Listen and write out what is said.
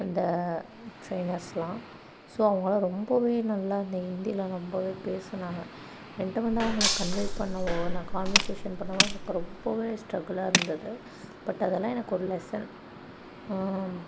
அந்த ட்ரெய்னர்ஸ்லாம் ஸோ அவங்கள்லாம் ரொம்பவே நல்லா அந்த ஹிந்தியில ரொம்பவே பேசுனாங்க என்கிட்ட வந்து அவங்கள கன்வே பண்ணவோ நான் கான்வெர்சேஷன் பண்ணவோ எனக்கு ரொம்பவே ஸ்ட்ரகுலாக இருந்தது பட் அதெல்லாம் எனக்கு ஒரு லெஸன்